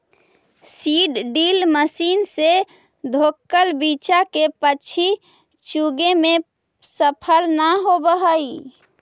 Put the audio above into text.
seed drill machine से ढँकल बीचा के पक्षी चुगे में सफल न होवऽ हई